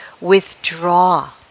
Withdraw